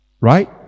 Right